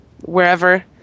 wherever